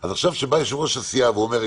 אז עכשיו כשבא יושב-ראש הסיעה ואומר,